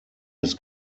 his